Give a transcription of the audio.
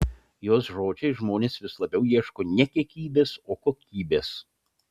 jos žodžiais žmonės vis labiau ieško ne kiekybės o kokybės